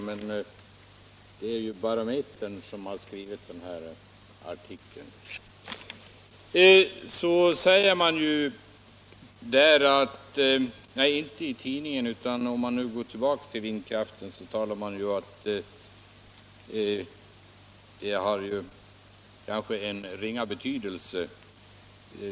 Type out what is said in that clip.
Det är Barometern som publicerat artikeln. När man talar om vindkraften framhålles att den kanske är av ringa betydelse.